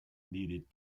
needed